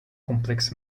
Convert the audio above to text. complex